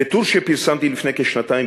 בטור שפרסמתי לפני כשנתיים,